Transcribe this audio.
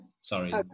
Sorry